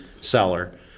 seller